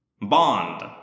Bond